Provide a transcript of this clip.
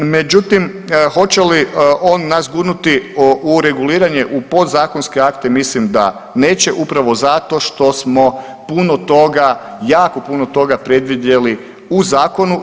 Međutim, hoće li on nas gurnuti u reguliranje u podzakonske akte mislim da neće upravo zato što smo puno toga, jako puno toga predvidjeli u zakonu.